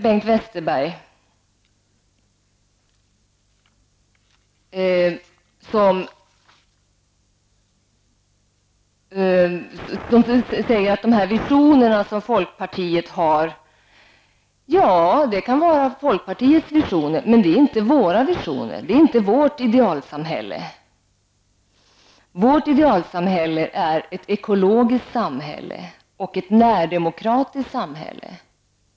men det är inte våra visioner. Det är inte vårt idealsamhälle. Vårt idealsamhälle är ett ekologiskt och närdemokratiskt samhälle.